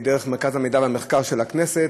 דרך מרכז המחקר והמידע של הכנסת,